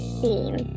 theme